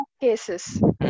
cases